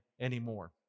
anymore